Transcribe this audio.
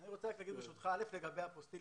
אני רוצה, ברשותך, לומר לגבי אפוסטיל.